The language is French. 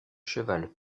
cheval